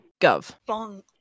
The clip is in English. Gov